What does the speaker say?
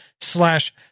slash